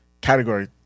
category